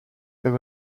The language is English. there